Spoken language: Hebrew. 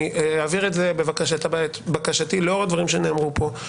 אני אעביר את בקשתי לאור הדברים שנאמרו פה,